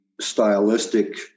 stylistic